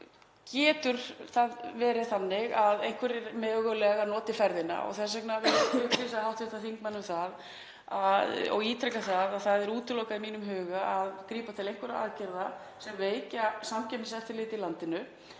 getur það verið þannig að einhverjir mögulega noti ferðina. Þess vegna vil ég upplýsa hv. þingmann um það og ítreka að það er útilokað í mínum huga að grípa til einhverra aðgerða sem veikja samkeppniseftirlit í landinu